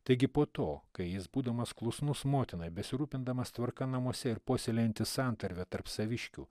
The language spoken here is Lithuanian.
taigi po to kai jis būdamas klusnus motinai besirūpindamas tvarką namuose ir puoselėjantis santarvę tarp saviškių